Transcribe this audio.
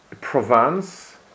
Provence